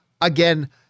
again